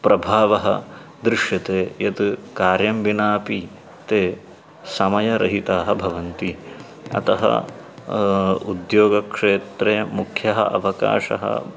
प्रभावः दृश्यते यत् कार्यं विनापि ते समयरहिताः भवन्ति अतः उद्योगक्षेत्रे मुख्यः अवकाशः